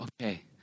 okay